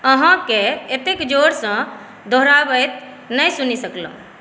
अहाँके एतेक जोरसँ दोहराबैत नहि सुनि सकलहुँ